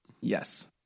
Yes